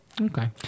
Okay